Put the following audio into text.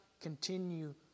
continue